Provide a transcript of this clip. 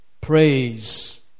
praise